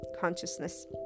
consciousness